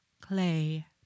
clay